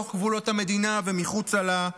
בתוך גבולות המדינה ומחוצה לה.